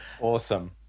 Awesome